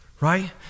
right